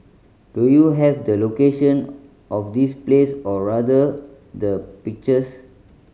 do you have the location of this place or rather the pictures